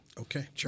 Okay